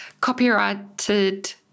copyrighted